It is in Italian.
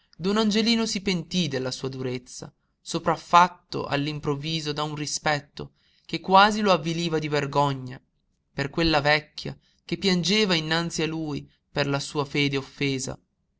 don angelino si pentí della sua durezza sopraffatto all'improvviso da un rispetto che quasi lo avviliva di vergogna per quella vecchia che piangeva innanzi a lui per la sua fede offesa